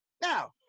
Now